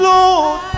Lord